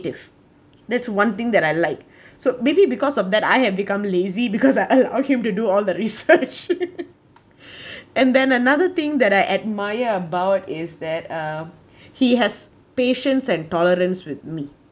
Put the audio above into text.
that's one thing that I like so maybe because of that I have become lazy because I'll I came to do all that research and then another thing that I admire about it is that um he has patience and tolerance with me